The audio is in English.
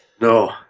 No